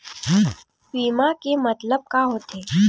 बीमा के मतलब का होथे?